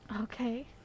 Okay